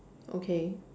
okay